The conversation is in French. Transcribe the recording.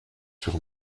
sur